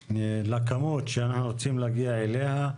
לכמות שאנחנו רוצים להגיע אליה,